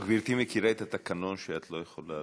רק גברתי את התקנון שאת לא יכולה